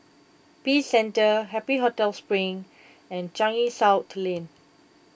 Peace Centre Happy Hotel Spring and Changi South Lane